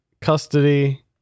Custody